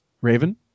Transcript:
Raven